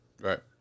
Right